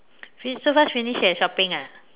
finish so fast finish eh shopping ah